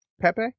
Pepe